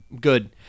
good